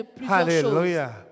Hallelujah